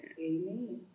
Amen